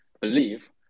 believe